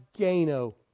Gano